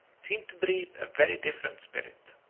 seem to breathe a very different spirit.